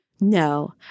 No